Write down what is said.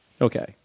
Okay